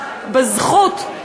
בזכות,